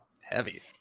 heavy